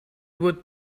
would